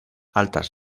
altas